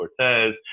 Cortez